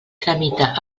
tramita